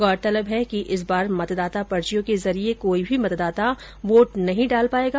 गौरतलब है कि इस बार मतदाता पर्चियों के जरिए कोई भी मतदाता वोट नहीं डाल पाएगा